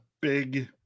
big